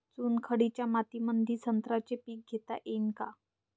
चुनखडीच्या मातीमंदी संत्र्याचे पीक घेता येईन का?